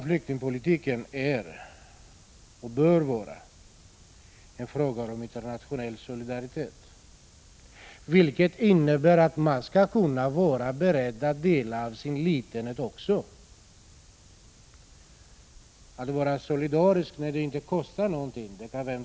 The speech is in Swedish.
Flyktingpolitiken är och bör vara en fråga om internationell solidaritet, vilket innebär att man skall vara beredd att dela med sig. Vem som helst kan vara solidarisk när det inte kostar någonting.